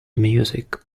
music